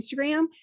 Instagram